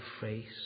face